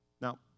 Now